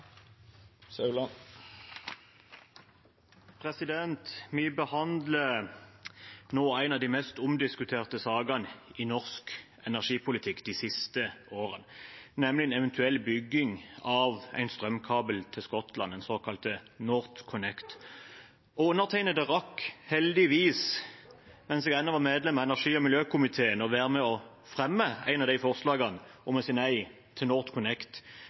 Vi behandler nå en av de mest omdiskuterte sakene i norsk energipolitikk de siste årene, nemlig en eventuell bygging av en strømkabel til Skottland, den såkalte NorthConnect. Undertegnede rakk heldigvis, mens jeg ennå var medlem av energi- og miljøkomiteen, å være med på å fremme et av forslagene om å si nei til NorthConnect,